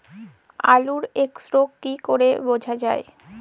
আলুর এক্সরোগ কি করে বোঝা যায়?